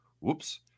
whoops